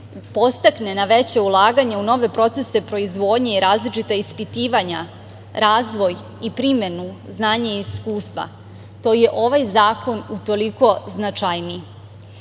podstakne na veće ulaganje u nove procese proizvodnje i različita ispitivanja, razvoj i primenu znanja i iskustva, to je ovaj zakon utoliko značajniji.